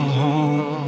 home